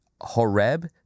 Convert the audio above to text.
Horeb